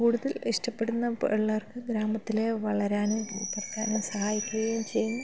കൂടുതൽ ഇഷ്ടപ്പെടുന്ന പിള്ളേർക്ക് ഗ്രാമത്തിലെ വളരാനും സഹായിക്കുകയും ചെയ്യും